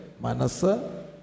manasa